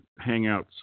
hangouts